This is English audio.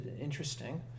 interesting